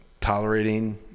tolerating